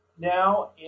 now